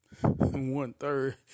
one-third